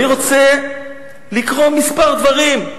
אני רוצה לקרוא כמה דברים,